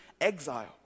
exile